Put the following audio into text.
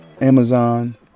Amazon